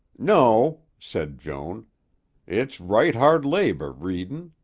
no, said joan it's right hard labor, readin'.